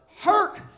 Hurt